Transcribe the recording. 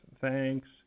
thanks